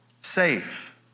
safe